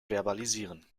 verbalisieren